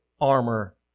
armor